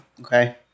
Okay